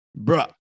Bruh